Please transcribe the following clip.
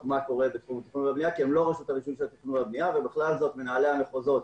מה קורה בתחום התכנון והבנייה ובכלל זה מנהלי המחוזות